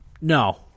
No